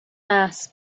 mass